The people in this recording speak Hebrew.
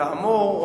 כאמור,